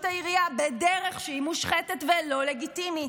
העירייה בדרך שהיא מושחתת ולא לגיטימית.